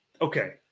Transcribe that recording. Okay